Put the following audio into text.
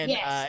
Yes